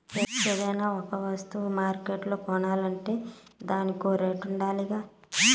ఏదైనా ఒక వస్తువ మార్కెట్ల కొనాలంటే దానికో రేటుండాలిగా